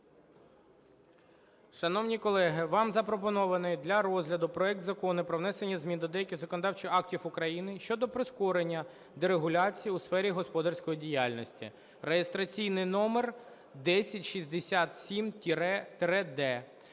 Шановні колеги, вам запропонований для розгляду проект Закону про внесення змін до деяких законодавчих актів України щодо прискорення дерегуляції у сфері господарської діяльності (реєстраційний номер 1067-д).